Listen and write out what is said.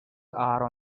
are